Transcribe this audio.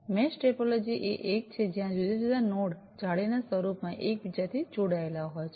mesh topology એ એક છે જ્યાં જુદા જુદા નોડજાળીના સ્વરૂપમાં એક બીજાથી જોડાયેલા હોય છે